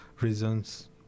reasons